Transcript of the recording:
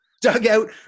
dugout